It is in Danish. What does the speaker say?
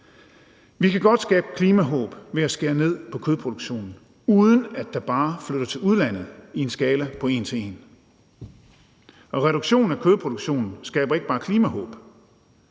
Vi kan godt skabe klimåhåb ved at skære ned på kødproduktionen, uden at det bare flytter til udlandet i en skala på en til en, og en reduktion af kødproduktionen skaber ikke bare klimahåb.